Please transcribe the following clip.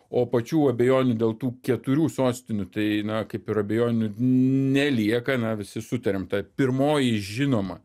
o pačių abejonių dėl tų keturių sostinių tai na kaip ir abejonių nelieka na visi sutariam ta pirmoji žinoma